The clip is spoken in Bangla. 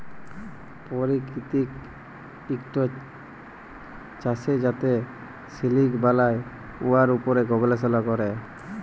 পাকিতিক ইকট চাষ যাতে সিলিক বালাই, উয়ার উপর গবেষলা ক্যরে